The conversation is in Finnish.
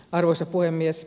arvoisa puhemies